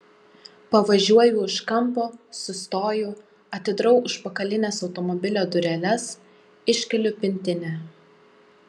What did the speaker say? pavažiuoju už kampo sustoju atidarau užpakalines automobilio dureles iškeliu pintinę